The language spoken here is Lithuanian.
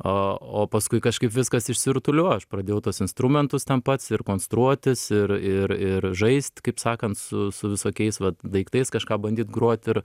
a o paskui kažkaip viskas išsirutuliojo aš pradėjau tuos instrumentus ten pats ir konstruotis ir ir ir žaist kaip sakant su su visokiais daiktais kažką bandyt grot ir